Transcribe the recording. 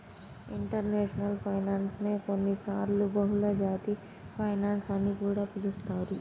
international finance నే కొన్నిసార్లు బహుళజాతి ఫైనాన్స్ అని కూడా పిలుస్తారు